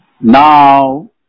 Now